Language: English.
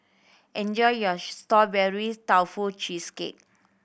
enjoy your Strawberry Tofu Cheesecake